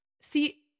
See